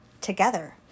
together